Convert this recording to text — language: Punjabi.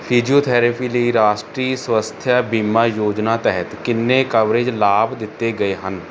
ਫਿਜ਼ੀਓਥੈਰੇਪੀ ਲਈ ਰਾਸ਼ਟਰੀ ਸਵਾਸਥਯ ਬੀਮਾ ਯੋਜਨਾ ਤਹਿਤ ਕਿੰਨੇ ਕਵਰੇਜ ਲਾਭ ਦਿੱਤੇ ਗਏ ਹਨ